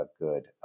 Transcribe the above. good